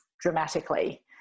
dramatically